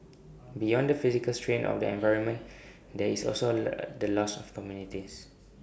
beyond the physical strain of the environment there is also A the loss of communities